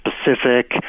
specific